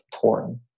torn